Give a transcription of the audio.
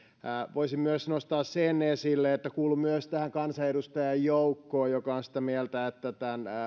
voisin myös nostaa esille sen että kuulun myös tähän kansanedustajien joukkoon joka on sitä mieltä että